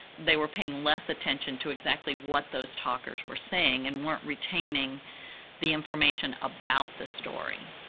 they were paying less attention to exactly what those talkers were saying and weren't retaining the information about the story.